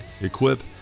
equip